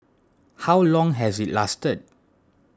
how long has it lasted